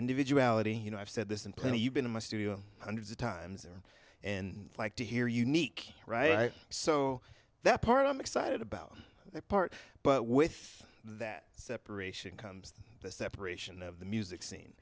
individuality you know i've said this in play you've been in my studio hundreds of times and like to hear unique right so that part i'm excited about that part but with that separation comes the separation of the music scene